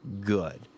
good